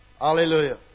Hallelujah